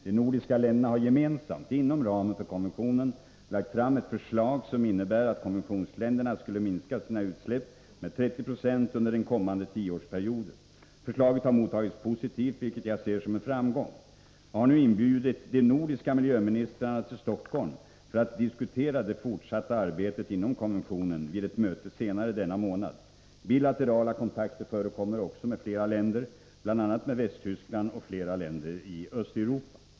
De nordiska länderna har gemensamt inom ramen för konventionen lagt fram ett förslag som innebär att konventionsländerna skulle minska sina utsläpp med 30 26 under den kommande tioårsperioden. Förslaget har mottagits positivt, vilket jag ser som en framgång. Jag har nu inbjudit de nordiska miljöministrarna till Stockholm för att diskutera det fortsatta arbetet inom konventionen vid ett möte senare denna månad. Bilaterala kontakter förekommer också med flera länder, bl.a. med Västtyskland och flera länder i Östeuropa.